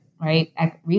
Right